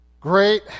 great